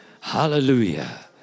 Hallelujah